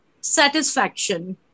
satisfaction